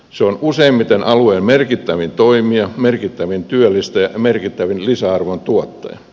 se on useimmiten alueen merkittävin toimija merkittävin työllistäjä ja merkittävin lisäarvon tuottaja